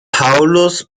paulus